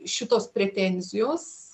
šitos pretenzijos